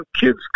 kids